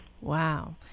Wow